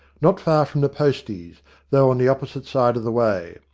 not far from the posties though on the opposite side of the way.